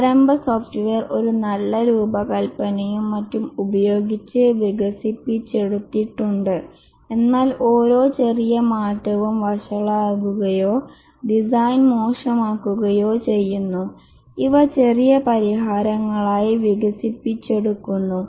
പ്രാരംഭ സോഫ്റ്റ്വെയർ ഒരു നല്ല രൂപകൽപ്പനയും മറ്റും ഉപയോഗിച്ച് വികസിപ്പിച്ചെടുത്തിട്ടുണ്ട് എന്നാൽ ഓരോ ചെറിയ മാറ്റവും വഷളാകുകയോ ഡിസൈൻ മോശമാക്കുകയോ ചെയ്യുന്നു ഇവ ചെറിയ പരിഹാരങ്ങളായി വികസിപ്പിച്ചെടുക്കുന്നു